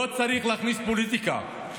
לא צריך להכניס פוליטיקה,